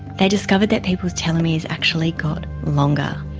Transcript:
they discovered that people's telomeres actually got longer.